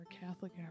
Catholic